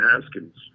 Haskins